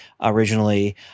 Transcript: originally